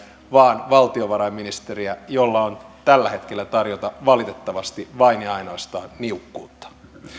vaan valtiovarainministeriä jolla on tällä hetkellä tarjota valitettavasti vain ja ainoastaan niukkuutta